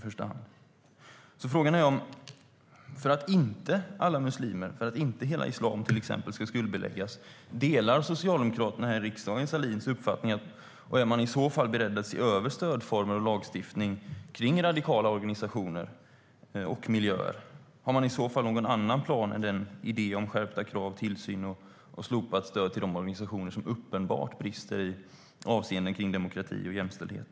För att inte till exempel alla muslimer och hela islam ska skuldbeläggas, delar Socialdemokraterna här i riksdagen Sahlins uppfattning? Är man i så fall beredd att se över stödformer och lagstiftning för radikala organisationer och miljöer? Eller har man någon annan plan än idén om skärpta krav, tillsyn och slopat stöd till de organisationer som uppenbart brister i demokrati och jämställdhet?